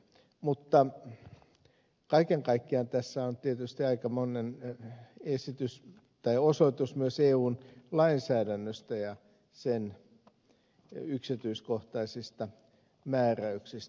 mutta kaiken kaikkiaan tässä on tietysti aikamoinen osoitus myös eun lainsäädännöstä ja sen yksityiskohtaisista määräyksistä